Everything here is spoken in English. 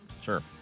sure